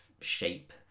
shape